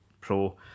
pro